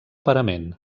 parament